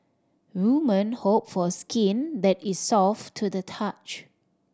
woman hope for skin that is soft to the touch